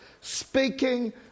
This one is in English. speaking